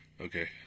Okay